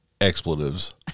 expletives